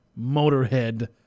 Motorhead